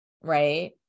right